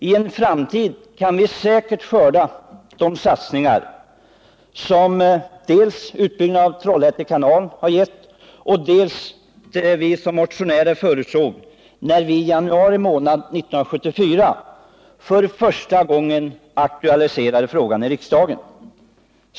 I en framtid kan vi säkert skörda frukterna av utbyggnaden av Trollhätte kanal — något som vi motionärer förutsåg när vi i januari månad 1974 för första gången aktualiserade frågan i riksdagen.